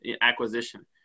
acquisition